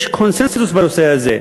יש קונסנזוס בנושא הזה,